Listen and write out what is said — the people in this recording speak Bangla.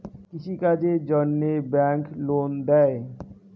কৃষি কাজের জন্যে ব্যাংক লোন দেয়?